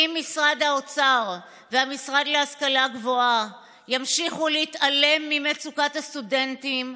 אם משרד האוצר והמשרד להשכלה גבוהה ימשיכו להתעלם ממצוקת הסטודנטים,